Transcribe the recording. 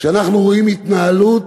כשאנחנו רואים התנהלות